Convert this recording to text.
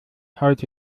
heute